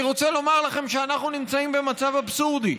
אני רוצה לומר לכם שאנחנו נמצאים במצב אבסורדי.